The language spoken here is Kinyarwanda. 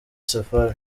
safari